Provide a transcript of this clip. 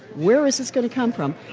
where is this going to come from?